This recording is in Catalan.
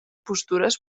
postures